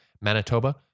Manitoba